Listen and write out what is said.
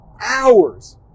Hours